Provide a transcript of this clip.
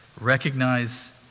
recognize